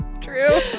True